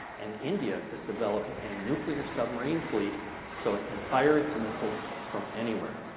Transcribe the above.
and india is developing a nuclear submarine fleet so it can fire its missiles from anywhere.